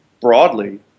broadly